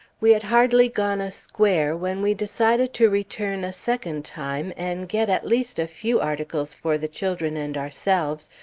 we had hardly gone a square when we decided to return a second time, and get at least a few articles for the children and ourselves,